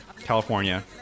California